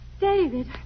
David